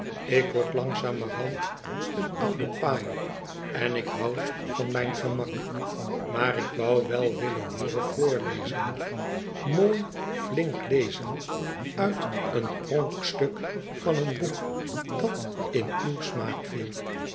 ik word langzamerhand een oude paai n ik houd van mijn gemak maar ik zou wel willen hooren voorlezen mooi flink lezen uit een pronkstuk van een boek dat in uw smaak viel